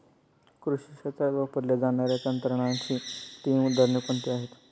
कृषी क्षेत्रात वापरल्या जाणाऱ्या तंत्रज्ञानाची तीन उदाहरणे कोणती आहेत?